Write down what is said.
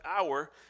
hour